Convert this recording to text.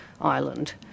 island